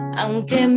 aunque